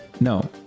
No